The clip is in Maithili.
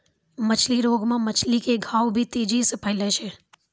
मछली रोग मे मछली के घाव भी तेजी से फैलै छै